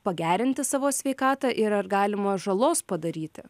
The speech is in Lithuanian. pagerinti savo sveikatą ir ar galima žalos padaryti